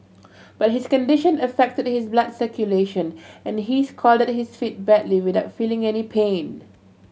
but his condition affected his blood circulation and he scalded his feet badly without feeling any pain